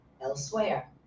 elsewhere